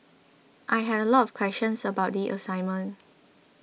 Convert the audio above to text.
I had a lot of questions about the assignment